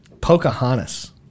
Pocahontas